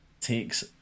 takes